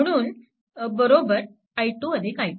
म्हणून i2 i3